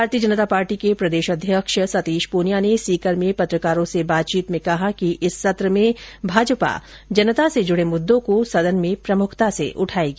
भारतीय जनता पार्टी के प्रदेश अध्यक्ष सतीश पूनिया ने सीकर में पत्रकारों से कहा कि इस सत्र में भाजपा जनता से जुडे मुद्दो को सदन में प्रमुखता से उठायेगी